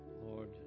Lord